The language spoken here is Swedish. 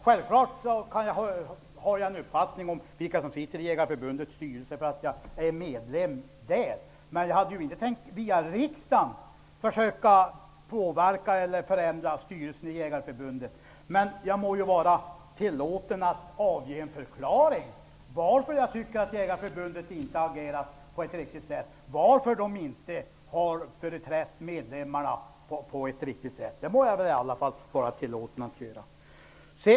Självfallet har jag en uppfattning om sammansättningen av Jägareförbundets styrelse, eftersom jag är medlem. Men jag hade inte tänkt att försöka påverka eller förändra denna sammansättning via riksdagen. Jag må dock vara tillåten att förklara varför jag tycker att Jägareförbundet inte har agerat på ett riktigt sätt och varför man inte har företrätt medlemmarna på ett riktigt sätt. De må jag i alla fall vara tillåten att göra.